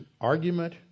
argument